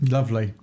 Lovely